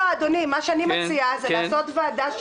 אני מציעה לעשות ועדה,